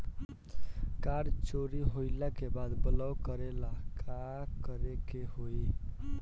Card चोरी होइला के बाद ब्लॉक करेला का करे के होई?